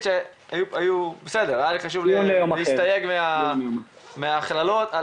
היה לי חשוב להסתייג מההכללות.